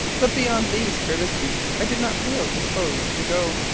but beyond these courtesies i did not feel disposed to go.